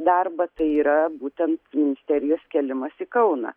darbą tai yra būtent ministerijos kėlimas į kauną